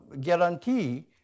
guarantee